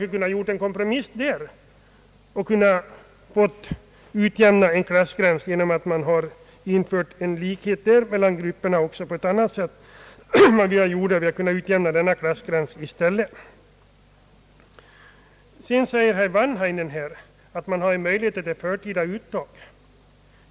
Vi kunde ha gjort en kompromiss där och kunnat utjämna en klassgräns genom att införa en likhet mellan grupperna också på ett annat sätt. Herr Wanhainen säger vidare att man har möjlighet till förtida uttag.